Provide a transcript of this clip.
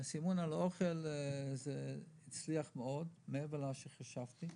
זה הצליח מאוד, מעבר למה שחשבתי.